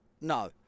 no